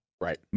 Right